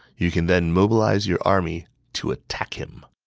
you can then mobilize your army to attack him.